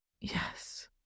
Yes